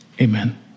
amen